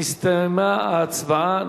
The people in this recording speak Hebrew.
הסתיימה ההצבעה.